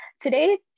Today